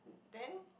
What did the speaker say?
then